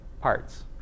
parts